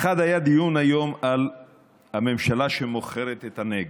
האחד, היה דיון היום על הממשלה שמוכרת את הנגב.